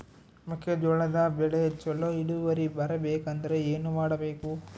ಮೆಕ್ಕೆಜೋಳದ ಬೆಳೆ ಚೊಲೊ ಇಳುವರಿ ಬರಬೇಕಂದ್ರೆ ಏನು ಮಾಡಬೇಕು?